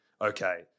Okay